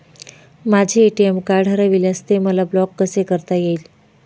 माझे ATM card हरविल्यास ते मला ब्लॉक कसे करता येईल?